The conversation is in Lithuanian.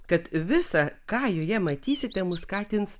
kad visa ką joje matysite mus skatins